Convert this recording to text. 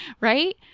right